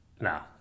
No